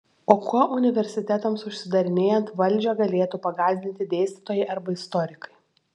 o kuo universitetams užsidarinėjant valdžią galėtų pagąsdinti dėstytojai arba istorikai